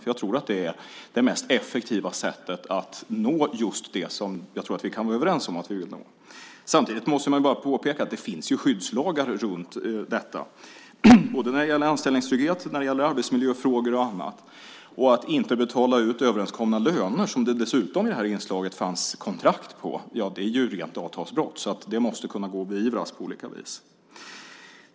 Jag tror nämligen att det är det mest effektiva sättet att nå just det som jag tror att vi kan vara överens om att vi vill nå. Samtidigt måste jag påpeka att det finns skyddslagar både när det gäller anställningstrygghet och när det gäller arbetsmiljöfrågor och annat. Att inte betala ut överenskomna löner, som det enligt inslaget fanns kontrakt på, är ju rent avtalsbrott och måste kunna beivras på olika vis.